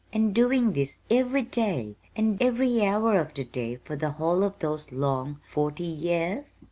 and doing this every day, and every hour of the day for the whole of those long forty years?